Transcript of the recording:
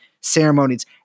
ceremonies